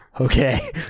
Okay